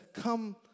come